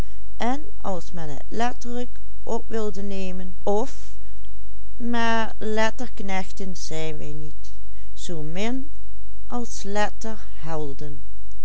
zijn wij niet zoo min als letterhelden